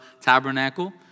tabernacle